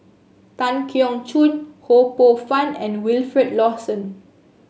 Tan Keong Choon Ho Poh Fun and Wilfed Lawson